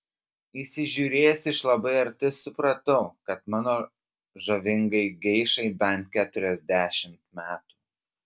įsižiūrėjęs iš labai arti supratau kad mano žavingajai geišai bent keturiasdešimt metų